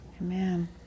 Amen